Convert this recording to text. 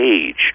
age